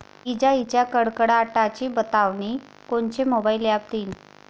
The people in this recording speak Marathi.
इजाइच्या कडकडाटाची बतावनी कोनचे मोबाईल ॲप देईन?